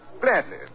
Gladly